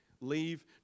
Leave